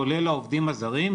כולל העובדים הזרים.